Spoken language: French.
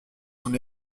son